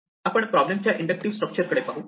आपण प्रॉब्लेम च्या inductive structure कडे पाहू